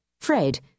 Fred